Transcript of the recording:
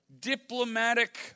diplomatic